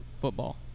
football